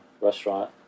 restaurant